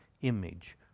image